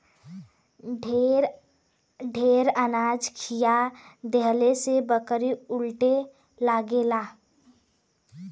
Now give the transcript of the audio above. ढेर अनाज खिया देहले से बकरी उलटे लगेला